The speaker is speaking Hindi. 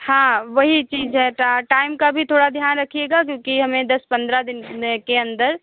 हाँ वही चीज़ है तो टाइम का भी थोड़ा ध्यान रखिएगा क्योंकि हमें दस पन्द्रह दिन में के अंदर